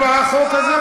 יש קשר למסעדות בחוק הזה?